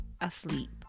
asleep